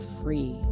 free